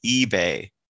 eBay